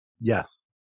Yes